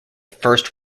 first